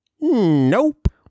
Nope